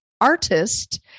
artist